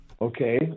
Okay